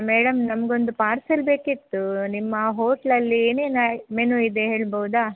madam ನಮಗೊಂದು parcel ಬೇಕಿತ್ತು ನಿಮ್ಮ ಹೋಟೆಲಲ್ಲಿ ಏನೇನು ಐ ಮೆನು ಇದೆ ಹೇಳ್ಬೋದಾ